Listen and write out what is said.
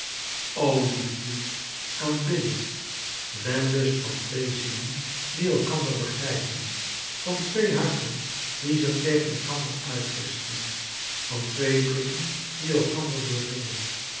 liefde aanbidding wellust van twee zielen die elkander begrijpen van twee harten die zich tegen elkander uitwisselen van twee blikken die elkander doordringen